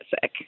sick